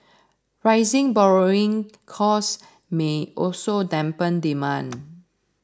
rising borrowing costs may also dampen demand